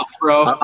bro